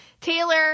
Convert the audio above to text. taylor